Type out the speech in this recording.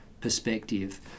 perspective